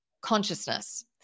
consciousness